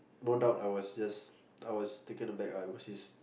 known out I was just I was taken aback which is